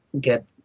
get